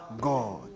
God